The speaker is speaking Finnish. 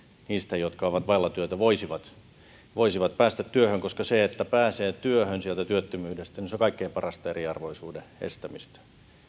niistä jotka ovat vailla työtä voisi päästä työhön koska se että pääsee työhön sieltä työttömyydestä on kaikkein parasta eriarvoisuuden estämistä